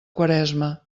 quaresma